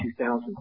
2000